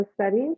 studies